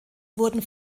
wurden